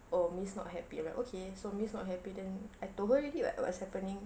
oh miss not happy I'm like okay so miss not happy then I told her already [what] what's happening